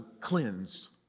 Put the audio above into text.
cleansed